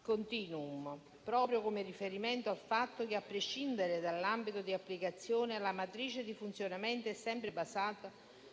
continuum*, proprio come riferimento al fatto che, a prescindere dall'ambito di applicazione, la matrice di funzionamento è sempre basata